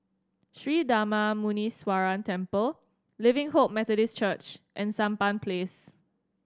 Sri Darma Muneeswaran Temple Living Hope Methodist Church and Sampan Place